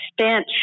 stench